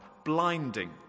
Blinding